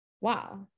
wow